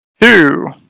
Two